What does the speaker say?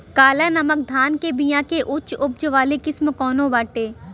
काला नमक धान के बिया के उच्च उपज वाली किस्म कौनो बाटे?